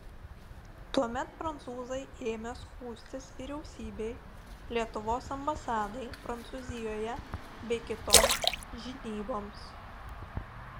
tuomet prancūzai ėmė skųstis vyriausybei lietuvos ambasadai prancūzijoje bei kitoms žinyboms